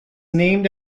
named